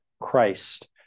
Christ